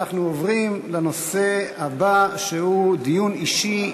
אנחנו עוברים לנושא הבא, שהוא דיון אישי בנושא: